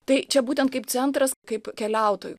tai čia būtent kaip centras kaip keliautojų